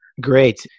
Great